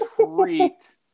treat